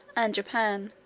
and japan.